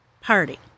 party